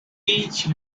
beach